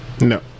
No